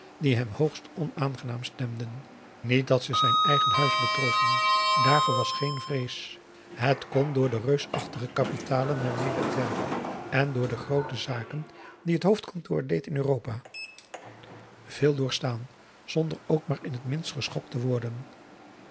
die hem hoogst onaangenaam stemden niet dat ze zijn eigen huis betroffen daarvoor was geen vrees het kon door de reusachtige kapitalen waarmede het werkte en door de groote zaken die het hoofdkantoor deed in europa veel doorstaan zonder ook maar in het minst geschokt te worden